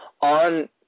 on